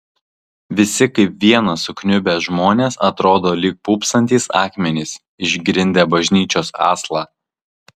visi kaip vienas sukniubę žmonės atrodo lyg pūpsantys akmenys išgrindę bažnyčios aslą